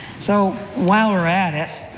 so, while we're at it,